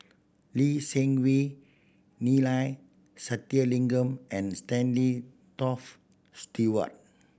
Lee Seng Wee Neila Sathyalingam and Stanley Toft Stewart